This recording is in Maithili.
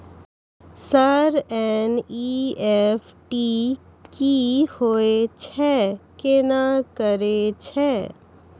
सर एन.ई.एफ.टी की होय छै, केना करे छै?